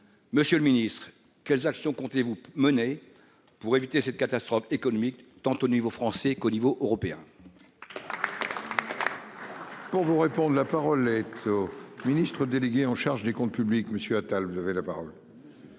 monsieur le Ministre quelles actions comptez-vous mener pour éviter cette catastrophe économique, tant au niveau français qu'au niveau européen. Pour vous répondre, la parole est au ministre délégué en charge des comptes publics Monsieur Attal, vous avez la parole.